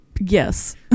Yes